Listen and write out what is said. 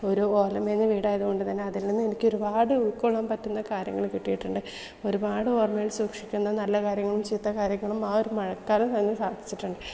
ഒരു ഓല മേഞ്ഞ വീട് ആയതു കൊണ്ട് തന്നെ അതിൽ നിന്ന് എനിക്ക് ഒരുപാട് ഉൾക്കൊള്ളാൻ പറ്റുന്ന കാര്യങ്ങൾ കിട്ടിയിട്ടുണ്ട് ഒരുപാട് ഓർമയിൽ സൂക്ഷിക്കുന്ന നല്ല കാര്യങ്ങളും ചീത്ത കാര്യങ്ങളും ആ ഒരു മഴക്കാലം തന്നെ സാധിച്ചിട്ടുണ്ട്